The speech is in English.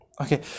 okay